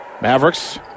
Mavericks